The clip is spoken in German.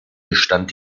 gestand